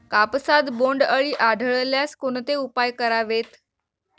कापसात बोंडअळी आढळल्यास कोणते उपाय करावेत?